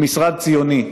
הוא משרד ציוני.